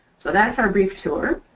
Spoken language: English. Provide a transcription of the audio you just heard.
so that's our brief tour.